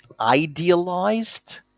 idealized